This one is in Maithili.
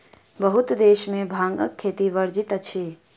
बहुत देश में भांगक खेती वर्जित अछि